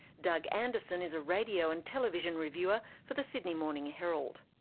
doug anderson is a radio and television reviewer for the sydney morning herald.